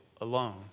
alone